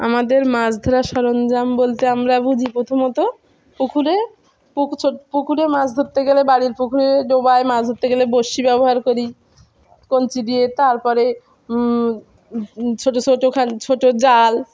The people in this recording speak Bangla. আমাদের মাছ ধরা সরঞ্জাম বলতে আমরা বুঝি প্রথমত পুকুরে পুকুরে মাছ ধরতে গেলে বাড়ির পুকুরে ডোবায় মাছ ধরতে গেলে বসি ব্যবহার করি কঞ্চি দিয়ে তারপরে ছোটো ছোটো ছোটো জাল